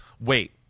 wait